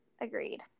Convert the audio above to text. Agreed